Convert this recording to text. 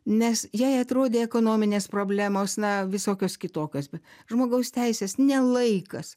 nes jai atrodė ekonominės problemos na visokios kitokios bet žmogaus teisės ne laikas